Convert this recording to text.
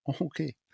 okay